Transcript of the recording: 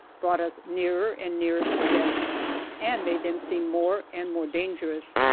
brought us nearer and nearer to them and made them seem more and more dangerous.